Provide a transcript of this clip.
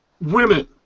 women